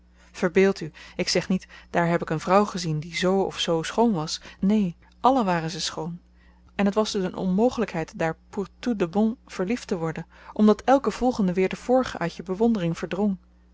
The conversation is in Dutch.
verbeeldt u ik zeg niet daar heb ik een vrouw gezien die z of z schoon was neen allen waren zy schoon en t was dus een onmogelykheid daar pour tout de bon verliefd te worden omdat elke volgende weer de vorige uit je bewondering verdrong